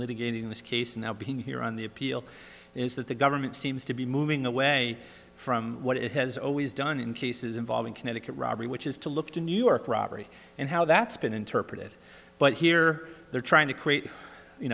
litigating this case now being here on the appeal is that the government seems to be moving away from what it has always done in cases involving connecticut robbery which is to look to new york robbery and how that's been interpreted but here they're trying to create you